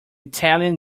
italian